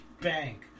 bank